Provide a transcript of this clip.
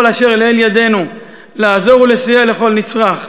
אשר לאל ידנו לעזור לסייע לכל נצרך.